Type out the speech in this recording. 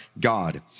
God